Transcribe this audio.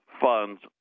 funds